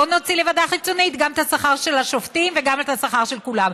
בואי נוציא לוועדה חיצונית גם את השכר של השופטים וגם את השכר של כולם.